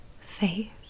faith